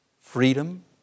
freedom